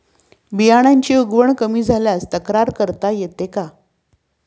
बियाण्यांची उगवण कमी झाल्यास तक्रार करता येते का?